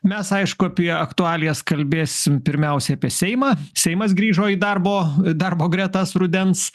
mes aišku apie aktualijas kalbėsim pirmiausia apie seimą seimas grįžo į darbo darbo gretas rudens